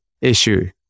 issue